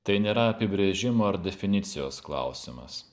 tai nėra apibrėžimo ir definicijos klausimas